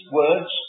words